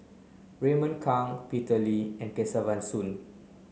Raymond Kang Peter Lee and Kesavan Soon